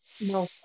No